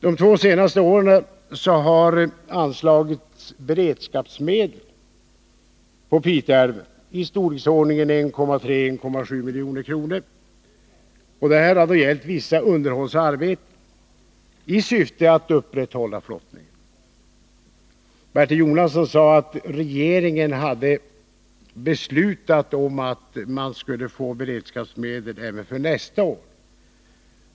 De två senaste åren har det anslagits beredskapsmedel till flottningen på Pite älv i storleksordningen 1,3-1,7 milj.kr. Det har då gällt vissa underhållsarbeten i syfte att upprätthålla flottningen. Bertil Jonasson sade att regeringen har beslutat att man kan få beredskapsmedel även för nästa år.